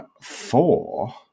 four